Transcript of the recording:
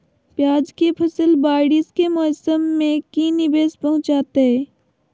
प्याज के फसल बारिस के मौसम में की निवेस पहुचैताई?